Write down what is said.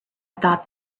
thought